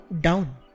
down